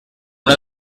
una